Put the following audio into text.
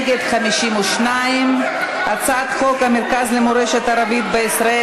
נגד 52. הצעת חוק המרכז למורשת הערבים בישראל,